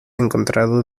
encontrado